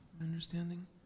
understanding